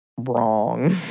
wrong